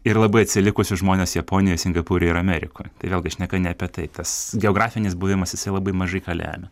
ir labai atsilikusius žmones japonijoj singapūre ir amerikoj tai vėlgi šneka ne apie tai tas geografinis buvimas jisai labai mažai ką lemia